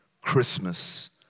Christmas